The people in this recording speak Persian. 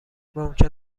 ممکن